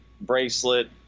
bracelet